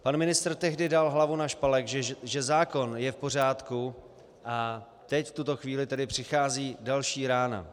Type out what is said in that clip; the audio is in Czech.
Pan ministr tehdy dal hlavu na špalek, že zákon je v pořádku, a teď v tuto chvíli přichází další rána.